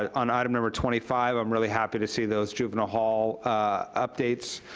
ah on item number twenty five, i'm really happy to see those juvenile hall updates,